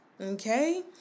Okay